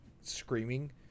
screaming